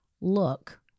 look